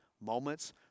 Moments